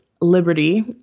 Liberty